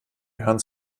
gehören